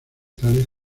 tales